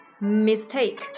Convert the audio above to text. Mistake